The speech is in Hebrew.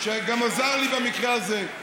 שגם עזר לי במקרה הזה,